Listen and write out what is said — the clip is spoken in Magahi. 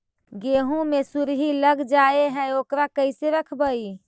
गेहू मे सुरही लग जाय है ओकरा कैसे रखबइ?